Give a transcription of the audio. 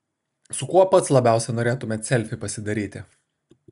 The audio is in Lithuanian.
su kuo pats labiausiai norėtumėte selfį pasidaryti